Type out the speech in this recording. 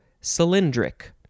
cylindric